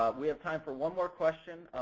ah we have time for one more question.